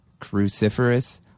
Cruciferous